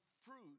fruit